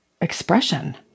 expression